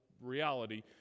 reality